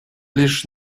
лишь